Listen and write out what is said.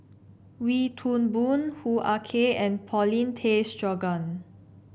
Wee Toon Boon Hoo Ah Kay and Paulin Tay Straughan